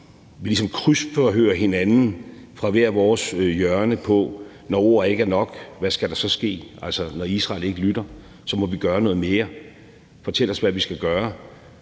krydsforhører hinanden fra hvert vores hjørne om, hvad der skal ske, når ord ikke er nok. Altså, når Israel ikke lytter, må vi gøre noget mere. Fortæl os, hvad vi skal gøre.